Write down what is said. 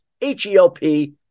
H-E-L-P